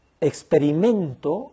experimento